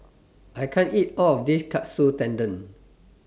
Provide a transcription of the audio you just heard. I can't eat All of This Katsu Tendon